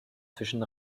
zwischen